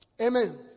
Amen